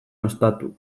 ostatu